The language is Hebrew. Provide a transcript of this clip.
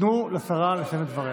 תנו לשרה לסיים את דבריה.